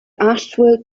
asheville